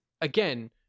again